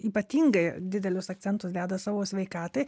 ypatingai didelius akcentus deda savo sveikatai